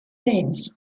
names